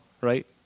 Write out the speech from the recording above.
right